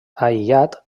aïllat